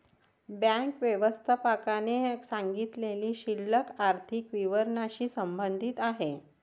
bank व्यवस्थापकाने सांगितलेली शिल्लक आर्थिक विवरणाशी संबंधित आहे